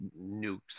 nukes